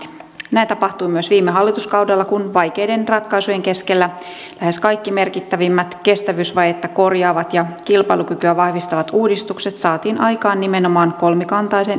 näin tapahtui myös viime hallituskaudella kun vaikeiden ratkaisujen keskellä lähes kaikki merkittävimmät kestävyysvajetta korjaavat ja kilpailukykyä vahvistavat uudistukset saatiin aikaan nimenomaan kolmikantaisen yhteistyön tuloksena